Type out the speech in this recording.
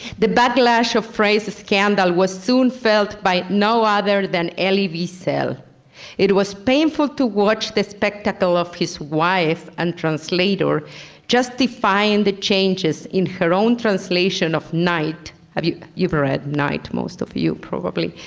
the backlash of frey's scandal was soon felt by no other than elie wiesel. it was painful to watch the spectacle of his wife and translator justifying the changes in her own translation of night. have you you've read night most of you probably.